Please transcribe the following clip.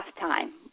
time